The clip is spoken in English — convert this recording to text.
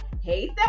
hey